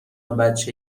بچه